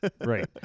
right